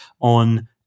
on